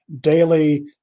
daily